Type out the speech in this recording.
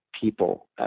people